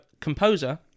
composer